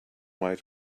white